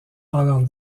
pendant